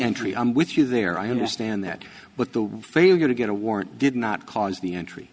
entry i'm with you there i understand that but the failure to get a warrant did not cause the entry